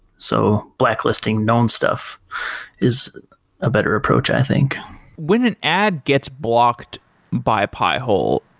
so blacklisting known stuff is a better approach, i think when an ad gets blocked by pi-hole,